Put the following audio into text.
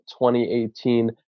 2018